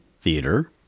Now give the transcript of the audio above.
theater